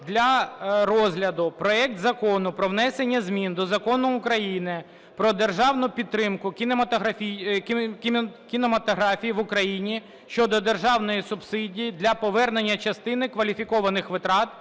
для розгляду проект Закону про внесення змін до Закону України "Про державну підтримку кінематографії в Україні" щодо державної субсидії для повернення частини кваліфікованих витрат,